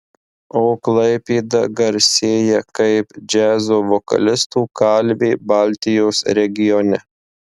o klaipėda garsėja kaip džiazo vokalistų kalvė baltijos regione